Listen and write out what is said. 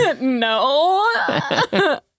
no